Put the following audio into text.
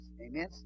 Amen